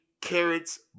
carrots